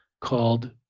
called